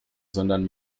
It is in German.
sondern